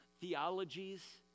theologies